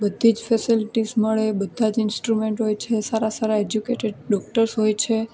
બધી જ ફેસેલિટીસ મળે બધાં જ ઇન્સ્ટ્રુમેન્ટ હોય છે સારા સારા એજ્યુકેટેડ ડોક્ટર્સ હોય છે